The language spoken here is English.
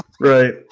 Right